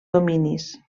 dominis